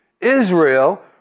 Israel